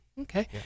Okay